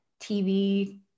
TV